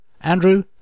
Andrew